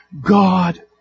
God